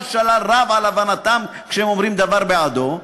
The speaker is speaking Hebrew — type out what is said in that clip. שלל רב על הבנתם כשהם אומרים דבר בעדו,